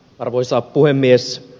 arvoisa puhemies